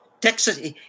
Texas